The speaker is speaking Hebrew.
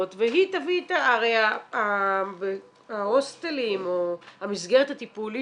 והיא תביא את --- הרי ההוסטלים או המסגרת הטיפולית